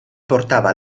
portava